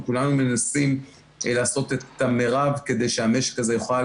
כולנו מנסים לעשות את המרב כדי שהמשק הזה יוכל